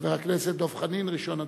חבר הכנסת דב חנין, ראשון הדוברים.